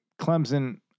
Clemson